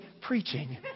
preaching